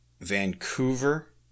Vancouver